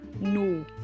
No